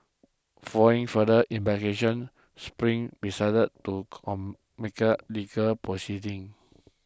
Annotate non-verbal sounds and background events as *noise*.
following further investigations Spring decided to *unintelligible* legal proceedings